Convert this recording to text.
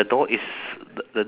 who is half naked